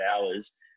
hours